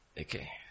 Okay